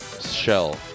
Shell